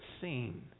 seen